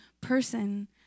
person